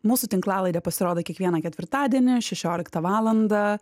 mūsų tinklalaidė pasirodo kiekvieną ketvirtadienį šešioliktą valandą